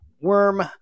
worm